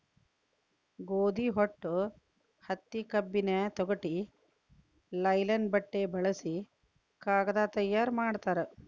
ಗೋದಿ ಹೊಟ್ಟು ಹತ್ತಿ ಕಬ್ಬಿನ ತೊಗಟಿ ಲೈಲನ್ ಬಟ್ಟೆ ಬಳಸಿ ಕಾಗದಾ ತಯಾರ ಮಾಡ್ತಾರ